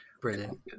Brilliant